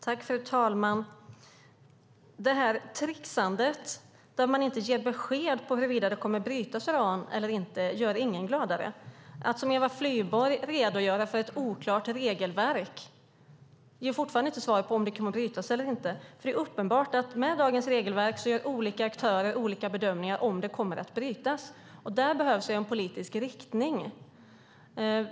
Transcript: Fru talman! Detta tricksande, där man inte ger besked om huruvida det kommer att brytas uran eller inte, gör ingen gladare. Att som Eva Flyborg redogöra för ett oklart regelverk ger fortfarande inget svar på om det kommer att brytas uran eller inte. Med dagens regelverk är det uppenbart att olika aktörer gör olika bedömningar om det kommer att brytas eller inte. Det behövs en politisk riktning.